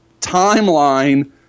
timeline